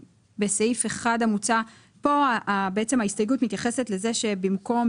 פה ההסתייגות מתייחסת לזה שבמקום,